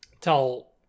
tell